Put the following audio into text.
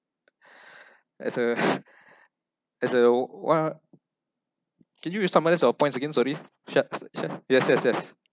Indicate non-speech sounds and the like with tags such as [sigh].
[breath] as a [breath] as a one can you re-summarise your points again sorry short [noise] yes yes yes